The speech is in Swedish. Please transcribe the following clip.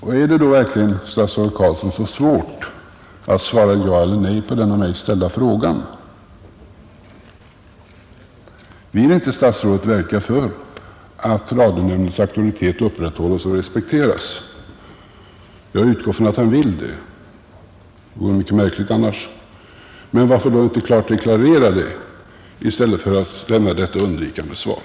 Är det då verkligen, statsrådet Carlsson, så svårt att svara ja eller nej på den av mig ställda frågan? Vill inte statsrådet verka för att radionämn dens auktoritet upprätthålles och respekteras? Jag utgår ifrån att han vill det. Det vore mycket märkligt annars. Varför då inte klart deklarera detta i stället för att lämna ett undvikande svar?